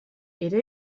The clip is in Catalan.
era